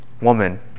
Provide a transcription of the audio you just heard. woman